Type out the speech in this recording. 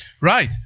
Right